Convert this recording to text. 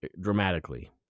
dramatically